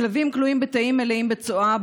הכלבים כלואים בתאים מלאים בצואה,